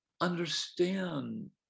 understand